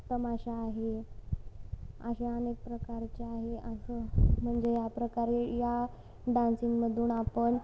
तमाशा आहे असे अनेक प्रकारचे आहे असं म्हणजे या प्रकारे या डान्सिंगमधून आपण